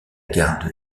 gare